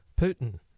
putin